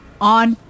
On